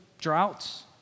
droughts